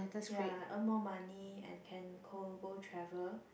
ya earn more money and can go go travel